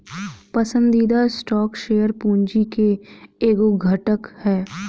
पसंदीदा stock share पूंजी के एगो घटक ह